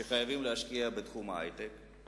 שחייבים להשקיע בתחום ההיי-טק,